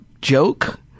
joke